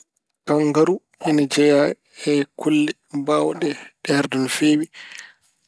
Kanngaru ina jeyaa e kulle mbaawɗe ɗeerde no feewi.